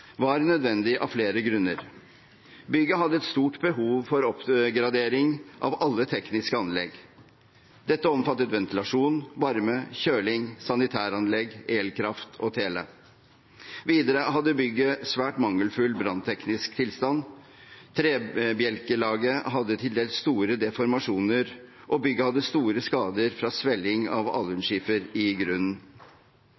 var nødvendig av flere grunner. Bygget hadde et stort behov for oppgradering av alle tekniske anlegg. Dette omfattet ventilasjon, varme, kjøling, sanitæranlegg, elkraft og tele. Videre hadde bygget svært mangelfull brannteknisk tilstand. Trebjelkelaget hadde til dels store deformasjoner, og bygget hadde store skader fra svelling av